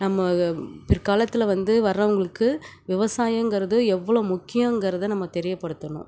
நம்ம பிற்காலத்தில் வந்து வர்றவங்களுக்கு விவசாயங்கிறது எவ்வளோ முக்கியங்கிறத நம்ம தெரியப்படுத்தணும்